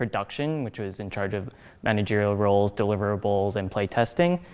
production, which was in charge of managerial roles, deliverables, and play testing,